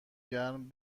گرم